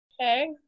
Okay